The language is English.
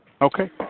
Okay